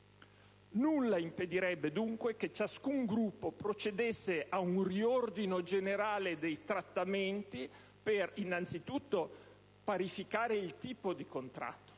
Nulla impedirebbe dunque che ciascun Gruppo procedesse a un riordino generale dei trattamenti per parificare innanzi tutto il tipo di contratto;